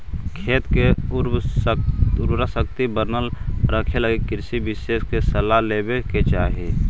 खेत के उर्वराशक्ति बनल रखेलगी कृषि विशेषज्ञ के सलाह लेवे के चाही